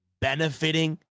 benefiting